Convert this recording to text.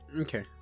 Okay